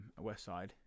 Westside